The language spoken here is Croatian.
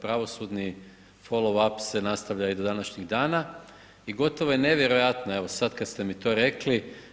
Pravosudni follow up se nastavlja i do današnjih dana i gotovo je nevjerojatna evo sada kada ste mi to rekli.